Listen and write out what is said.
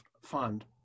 fund